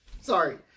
Sorry